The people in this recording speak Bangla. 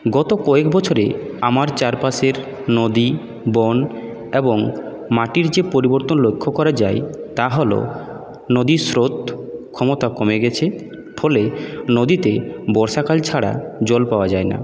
গত কয়েক বছরে আমার চারপাশের নদী বন এবং মাটির যে পরিবর্তন লক্ষ্য করা যাই তা হল নদীর স্রোত ক্ষমতা কমে গেছে ফলে নদীতে বর্ষাকাল ছাড়া জল পাওয়া যায় না